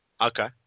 Okay